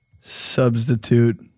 Substitute